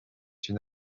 une